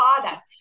product